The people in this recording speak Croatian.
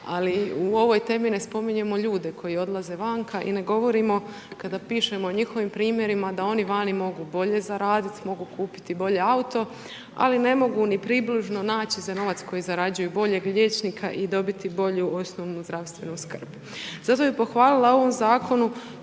ali u ovoj temi ne spominjemo ljude koji odlaze vanka i ne govorimo kada pišemo o njihovim primjerima da oni vani mogu bolje zaraditi, mogu kupiti bolji auto, ali ne mogu ni približno naći za novac koji zarađuju boljeg liječnika i dobiti bolju osnovnu zdravstvenu skrb. Zato bih pohvalila u ovom Zakonu